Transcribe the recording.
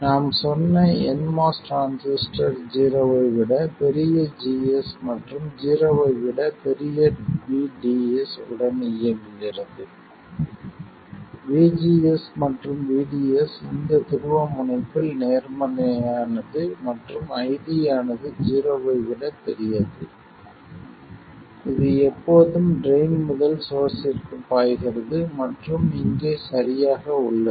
நாம் சொன்ன nMOS transistor ஜீரோவை விட பெரிய VGS மற்றும் ஜீரோவை விட பெரிய VDS உடன் இயங்குகிறது VGS மற்றும் VDS இந்த துருவமுனைப்பில் நேர்மறையானது மற்றும் ID ஆனது ஜீரோவை விட பெரியது இது எப்போதும் ட்ரைன் முதல் சோர்ஸ்ஸிற்கு பாய்கிறது மற்றும் இங்கே சரியாக உள்ளது